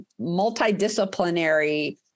multidisciplinary